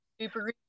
Super